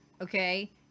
Okay